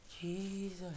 Jesus